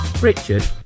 Richard